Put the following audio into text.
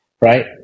Right